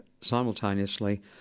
simultaneously